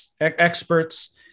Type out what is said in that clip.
experts